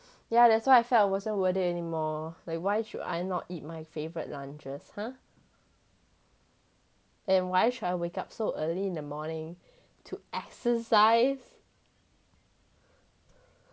yeah that's why I felt it wasn't worth it anymore like why should I not eat my favourite lunches !huh! and why should I wake up so early in the morning to exercise